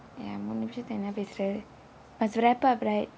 ya என்ன பேசுறேன்:enna pesuraen have to wrap up right